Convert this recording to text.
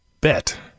bet